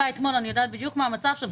הייתי בה אתמול, אני יודעת בדיוק מה המצב שם.